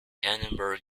edinburgh